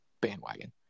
bandwagon